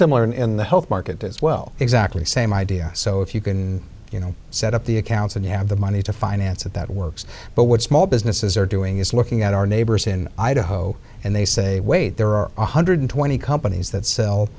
market as well exactly same idea so if you can you know set up the accounts and you have the money to finance it that works but what small businesses are doing is looking at our neighbors in idaho and they say wait there are one hundred twenty companies that sell